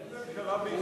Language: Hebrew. אין ממשלה בישראל.